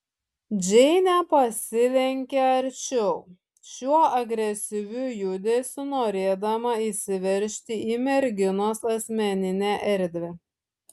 džeinė pasilenkė arčiau šiuo agresyviu judesiu norėdama įsiveržti į merginos asmeninę erdvę